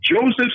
Joseph